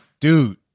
dude